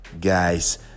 guys